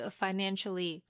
financially